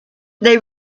they